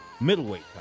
Middleweight